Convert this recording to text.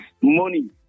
money